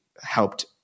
helped